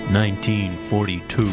1942